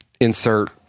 insert